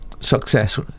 success